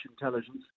intelligence